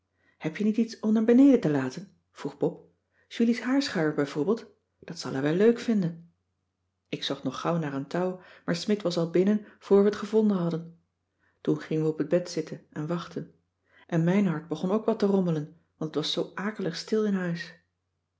heb je niet iets om naar beneden te laten vroeg pop julies haarschuier bij voorbeeld dat zal hij wel leuk vinden ik zocht nog gauw naar een touw maar smidt was al binnen voor we het gevonden hadden toen gingen we op het bed zitten en wachtten en mijn hart begon ook wat te rommelen want t was zoo akelig stil in huis